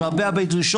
עם הרבה דרישות,